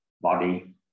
body